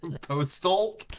Postal